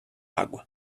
água